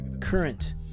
current